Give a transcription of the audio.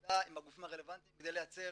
בעבודה עם הגופים הרלבנטיים כדי ליצור